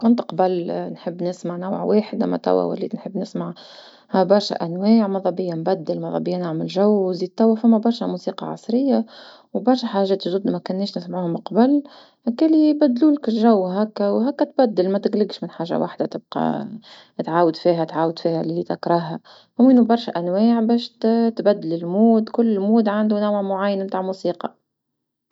كنت قبل نحب نسمع نوع واحد اما توا وليت نحب نسمع برشا أنواع مذا بيا نبدل مذا بيا نعمل جو وزيد توا ثما برشة موسيقى عصرية وبرشا حاجات جدد ما كناش نسمعوهم من قبل، كلي يبدلولك جو وهكا وهكا تبدل متقلقش من حاجة وحدة تبقا تعاود فيها تعاود فيها لين تكرها، وين برشا أنواع باش ت- تبدل امود كل مود عندو نوع معين تع موسيقى.